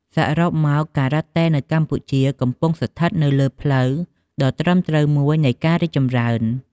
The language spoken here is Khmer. សរុបមក ការ៉ាតេនៅកម្ពុជាកំពុងស្ថិតនៅលើផ្លូវដ៏ត្រឹមត្រូវមួយនៃការរីកចម្រើន។